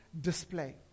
Display